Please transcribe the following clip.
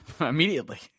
immediately